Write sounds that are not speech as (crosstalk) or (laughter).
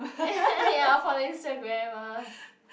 (laughs) ya for the instagrammers